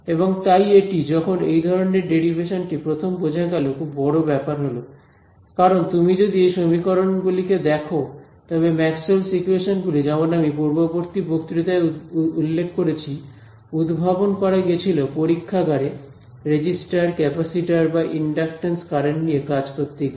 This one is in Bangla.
এবং তাই এটি যখন এই ধরণের ডেরাইভেশনটি প্রথম বোঝা গেল খুব বড় ব্যাপার হল কারণ তুমি যদি এই সমীকরণগুলিকে দেখ তবে ম্যাক্সওয়েলস ইকুয়েশনস Maxwell's equations গুলি যেমন আমি পূর্ববর্তী বক্তৃতায় উল্লেখ করেছি উদ্ভাবন করা গেছিল পরীক্ষাগারে রেজিস্টার ক্যাপাসিটর বা ইন্ডাক্টান্স কারেন্ট নিয়ে কাজ করতে গিয়ে